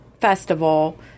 festival